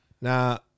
Now